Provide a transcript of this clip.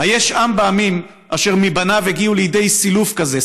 "היש עם בעמים אשר מבניו הגיעו לידי סילוף כזה,